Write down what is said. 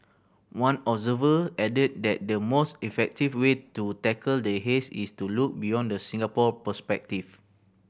one observer added that the most effective way to tackle the haze is to look beyond the Singapore perspective